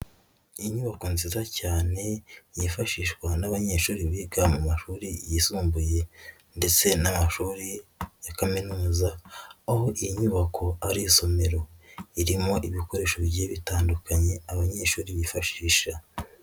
Inyubako nziza cyane yifashishwa n'abanyeshuri biga mu mashuri yisumbuye ndetse n'amashuri ya kaminuza aho iyi nyubako ari isomero, irimo ibikoresho bigiye bitandukanye abanyeshuri bifashisha.